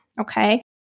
okay